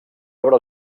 obre